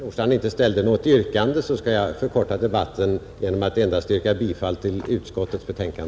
Fru talman! Med tanke på att herr Nordstrandh inte ställde något yrkande skall jag förkorta debatten genom att endast yrka bifall till utskottets hemställan,